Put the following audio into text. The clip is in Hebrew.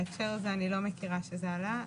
בהקשר הזה, אני לא מכירה שזה עלה.